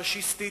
פאשיסטית,